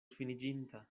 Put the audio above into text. finiĝinta